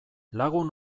lagun